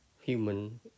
human